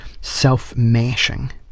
self-mashing